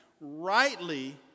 rightly